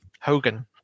Hogan